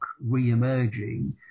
re-emerging